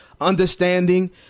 understanding